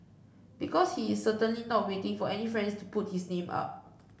because he is certainly not waiting for any friends to put his name up